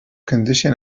condition